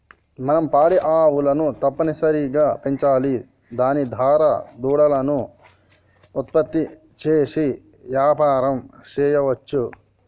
మనం పాడి ఆవులను తప్పనిసరిగా పెంచాలి దాని దారా దూడలను ఉత్పత్తి చేసి యాపారం సెయ్యవచ్చు